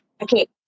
Okay